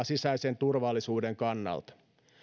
sisäisen turvallisuuden kannalta